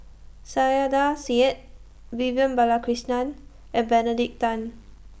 Saiedah Said Vivian Balakrishnan and Benedict Tan